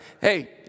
hey